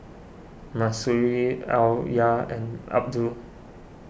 Mahsuri Alya and Abdul